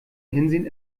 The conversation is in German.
hinsehen